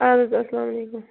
آدٕ حظ السلام علیکُم